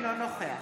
אינו נוכח